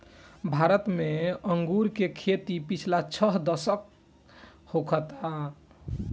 भारत में अंगूर के खेती पिछला छह दशक होखता